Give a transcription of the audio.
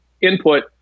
input